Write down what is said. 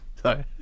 Sorry